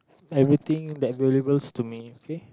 everything that valuables to me okay